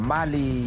Mali